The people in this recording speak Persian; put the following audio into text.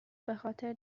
بخاطر